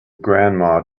grandma